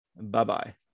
Bye-bye